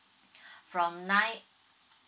from nine